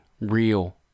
real